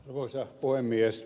arvoisa puhemies